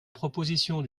proposition